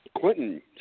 Clinton